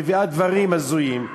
מביאה דברים הזויים,